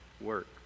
work